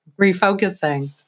refocusing